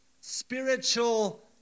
spiritual